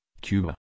Cuba